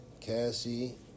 Cassie